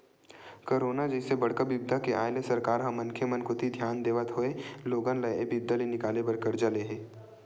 corona जइसे बड़का बिपदा के आय ले सरकार ह मनखे मन कोती धियान देवत होय लोगन ल ऐ बिपदा ले निकाले बर करजा ले हे